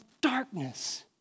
darkness